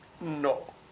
no